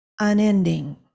Unending